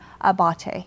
Abate